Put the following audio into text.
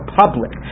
public